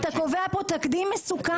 אתה קובע כאן תקדים מסוכן.